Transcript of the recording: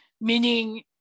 Meaning